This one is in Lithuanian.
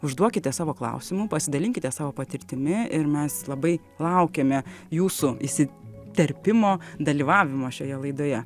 užduokite savo klausimų pasidalinkite savo patirtimi ir mes labai laukiame jūsų įsiterpimo dalyvavimo šioje laidoje